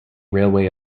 railway